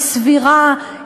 היא סבירה,